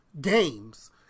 games